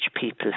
people